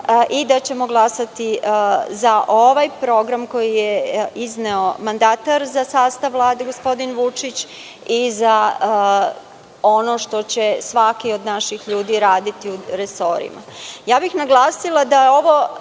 i da ćemo glasati za ovaj program koji je izneo mandatar za sastav Vlade gospodin Vučić i za ono što će svaki od naših ljudi raditi u resorima. Naglasila bi da ovo